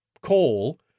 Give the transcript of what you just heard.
coal